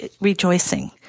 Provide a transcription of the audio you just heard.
rejoicing